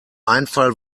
einfall